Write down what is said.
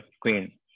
queen